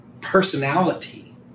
personality